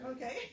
Okay